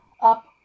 up